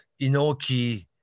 Inoki